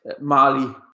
Mali